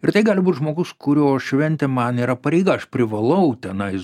ir tai gali būt žmogus kurio šventė man yra pareiga aš privalau tenais